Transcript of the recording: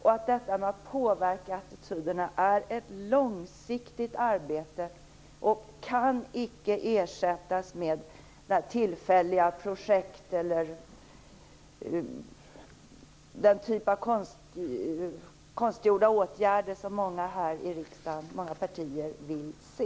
Detta med att påverka attityderna är ett långsiktigt arbete, som icke kan ersättas med tillfälliga projekt eller den typ av konstgjorda åtgärder som många partier här i riksdagen vill se.